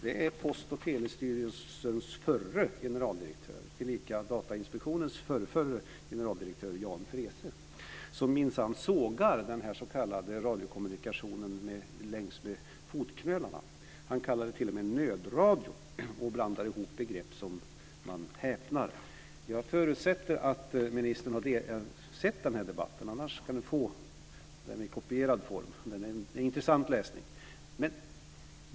Det är Post och telestyrelsens förre generaldirektör, tillika Datainspektionens förrförre generaldirektör Jan Freese som minsann sågar den s.k. radiokommunikationen jäms med fotknölarna. Han kallar den t.o.m. nödradio och blandar ihop begrepp så att man häpnar. Jag förutsätter att ministern har sett debattinlägget, annars kan hon få den i kopierad form. Det är intressant läsning.